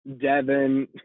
Devin